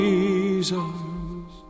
Jesus